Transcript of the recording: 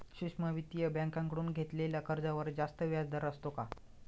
सूक्ष्म वित्तीय बँकेकडून घेतलेल्या कर्जावर जास्त व्याजदर असतो का?